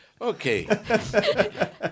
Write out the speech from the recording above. Okay